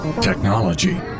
Technology